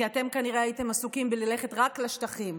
כי אתם כנראה הייתם עסוקים ללכת רק לשטחים.